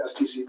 STC